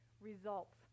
Results